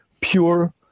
pure